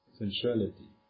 sensuality